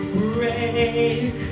break